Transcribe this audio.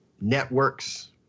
networks